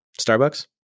Starbucks